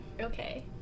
okay